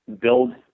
build